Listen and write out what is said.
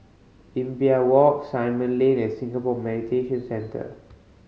Imbiah Walk Simon Lane and Singapore Mediation Centre